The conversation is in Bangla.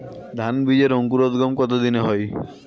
ধান বীজের অঙ্কুরোদগম কত দিনে হয়?